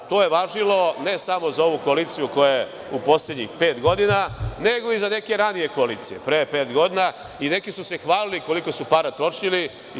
To je važilo ne samo za ovu koaliciju, koja je u poslednjih pet godina, nego i za neke ranije koalicije pre pet godina i neki su se hvalili koliko su para trošili.